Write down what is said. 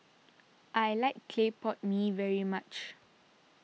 I like Clay Pot Mee very much